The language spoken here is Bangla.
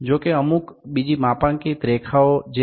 তবে আপনি এখানে আরো কিছু নির্দিষ্ট ক্রমাঙ্কন রেখা দেখতে পাবেন